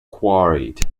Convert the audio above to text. quarried